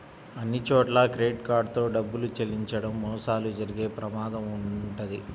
అన్నిచోట్లా credit card తో డబ్బులు చెల్లించడం మోసాలు జరిగే ప్రమాదం వుంటది